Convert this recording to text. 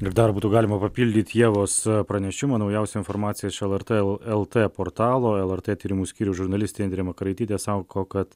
ir dar būtų galima papildyt ievos pranešimą naujausia informacija iš lrt lt portalo lrt tyrimų skyriaus žurnalistė indrė makaraitytė sako kad